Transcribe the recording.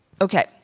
Okay